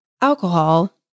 alcohol